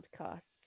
podcasts